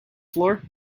floor